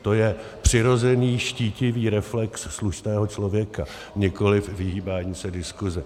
To je přirozený štítivý reflex slušného člověka, nikoliv vyhýbání se diskusi.